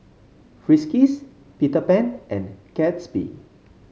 Friskies Peter Pan and Gatsby